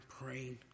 praying